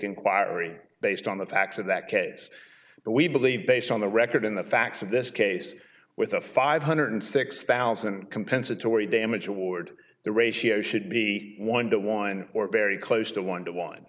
inquiry based on the facts of that case but we believe based on the record in the facts of this case with a five hundred six thousand compensatory damages award the ratio should be one to one or very close to one to one